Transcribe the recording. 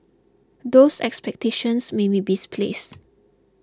those expectations may be misplaced